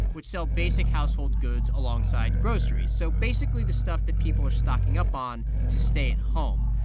which sell basic household goods alongside groceries so basically, the stuff that people are stocking up on to stay at home.